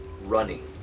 running